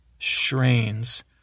strains